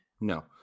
No